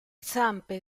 zampe